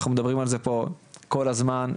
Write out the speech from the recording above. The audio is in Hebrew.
אנחנו מדברים על זה פה כל הזמן ,